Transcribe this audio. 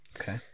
Okay